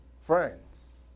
friends